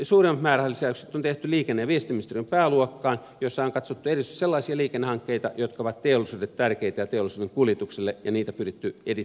suurimmat määrän lisäykset on tehty liikenne ja viestintäministeriön pääluokkaan jossa on katsottu erityisesti sellaisia liikennehankkeita jotka ovat teollisuudelle ja teollisuuden kuljetuksille tärkeitä ja niitä on pyritty edistämään